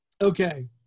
okay